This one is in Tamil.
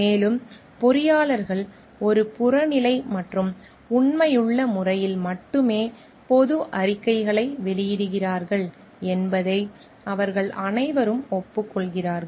மேலும் பொறியாளர்கள் ஒரு புறநிலை மற்றும் உண்மையுள்ள முறையில் மட்டுமே பொது அறிக்கையை வெளியிடுகிறார்கள் என்பதை அவர்கள் அனைவரும் ஒப்புக்கொள்கிறார்கள்